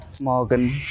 Morgan